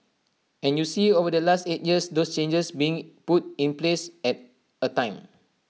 and you see over the last eight years those changes being put in place at A time